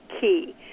key